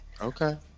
Okay